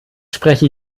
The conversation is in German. spreche